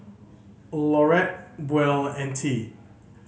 Laurette Buell and Tea